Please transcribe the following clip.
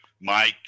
Mike